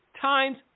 times